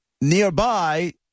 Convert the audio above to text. Nearby